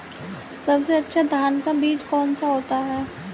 सबसे अच्छा धान का बीज कौन सा होता है?